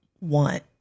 want